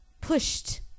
pushed